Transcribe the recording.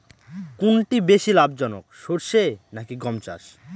কোনটি বেশি লাভজনক সরষে নাকি গম চাষ?